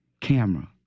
Camera